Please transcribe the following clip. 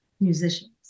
musicians